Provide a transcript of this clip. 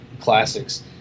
classics